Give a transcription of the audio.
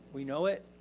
we know it.